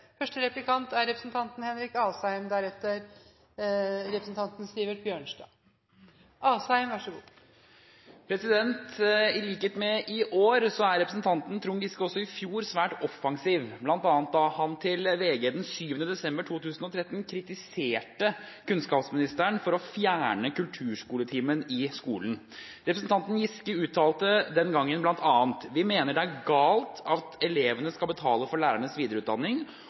I likhet med i år var representanten Trond Giske også i fjor svært offensiv, bl.a. da han i VG 7. desember 2013 kritiserte kunnskapsministeren for å fjerne kulturskoletimen i skolen. Representanten Giske uttalte den gangen bl.a.: «Vi mener det er galt at elevene skal betale for lærerens videreutdanning.»